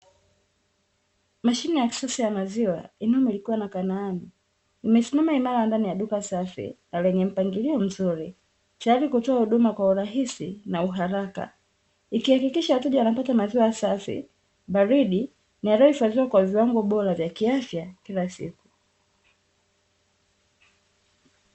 Mashine ya kisasa ya maziwa inayomilikiwa na Kanaani, mesimama imara ndani ya duka safi na lenye mpangilio mzuri, tayari kwa kutoa huduma kwa urahisi na uharaka. Ikihakikisha wateja wanapata maziwa safi, baridi na yaliyohifadhiwa kwa viwango bora vya kiafya kila siku.